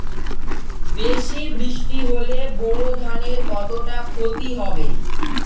বেশি বৃষ্টি হলে বোরো ধানের কতটা খতি হবে?